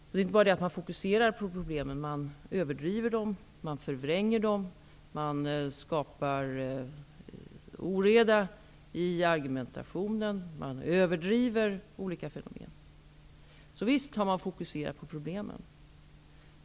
Men man fokuserar inte bara på problemen, utan man överdriver dem, förvränger dem och skapar oreda i argumentationen, och man överdriver olika fenomen. Så visst har man fokuserat på problemen.